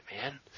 man